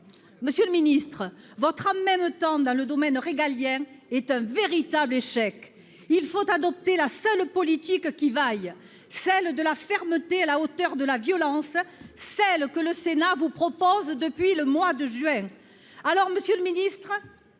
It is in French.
recours à l'armée. Votre « en même temps » dans le domaine régalien est un véritable échec. Il faut adopter la seule politique qui vaille : celle de la fermeté à la hauteur de la violence, celle que le Sénat vous propose depuis le mois de juin dernier.